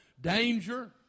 danger